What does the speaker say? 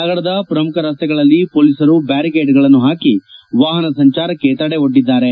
ನಗರದ ಪ್ರಮುಖ ರಸ್ತೆಗಳಲ್ಲಿ ಮೊಲೀಸರು ಬ್ಯಾರಿಕೇಡ್ಗಳನ್ನು ಪಾಕಿ ವಾಪನ ಸಂಚಾರಕ್ಕೆ ತಡೆ ಒಡ್ಡಿದ್ದಾರೆ